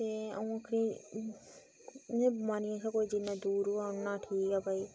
ते आ'ऊं आखनी इ'नें बमारियें शा कोई जिन्ना दूर रोहै उ'न्ना ठीक ऐ भाई